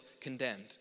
condemned